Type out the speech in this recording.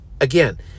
Again